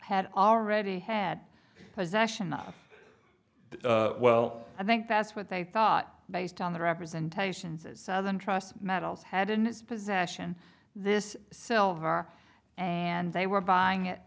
had already had possession of well i think that's what they thought based on the representations of southern trust metals had in its possession this silver and they were buying it